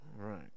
Right